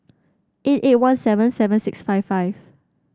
eight eight one seven seven six five five